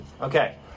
Okay